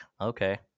okay